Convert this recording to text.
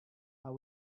how